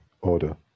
order